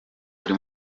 buri